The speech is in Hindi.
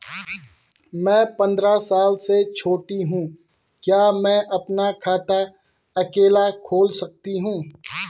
मैं पंद्रह साल से छोटी हूँ क्या मैं अपना खाता अकेला खोल सकती हूँ?